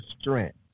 strength